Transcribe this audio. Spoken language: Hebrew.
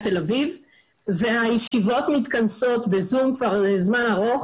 תל אביב והישיבות מתכנסות ב-זום כבר זמן ארוך,